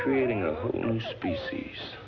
creating a new species